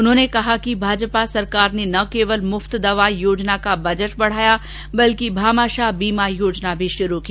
उन्होंने कहा कि भाजपा सरकार ने न केवल मुफ़त देवा योजना का बजट बढाया बल्कि भामाशाह बीमा योजना भी शुरू की